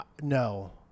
No